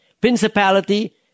Principality